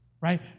right